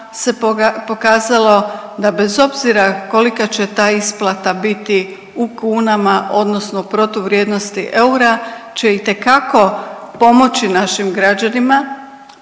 se pokazalo da bez obzira kolika će ta isplata biti u kunama, odnosno protuvrijednosti eura će itekako pomoći našim građanima.